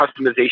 customization